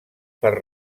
per